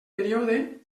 període